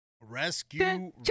Rescue